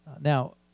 Now